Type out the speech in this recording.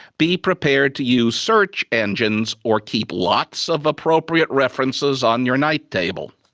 be prepared to use search engines or keep lots of appropriate references on your night table.